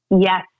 Yes